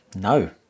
No